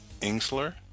ingsler